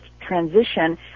transition